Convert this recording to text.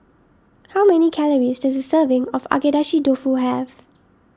how many calories does a serving of Agedashi Dofu have